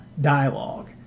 dialogue